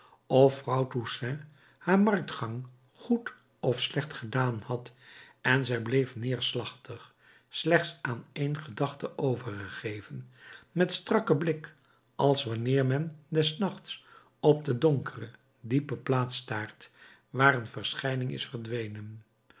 of vrouw toussaint haar marktgang goed of slecht gedaan had en zij bleef neerslachtig slechts aan één gedachte overgegeven met strakken blik als wanneer men des nachts op de donkere diepe plaats staart waar een verschijning is verdwenen